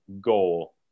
goal